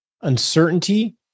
uncertainty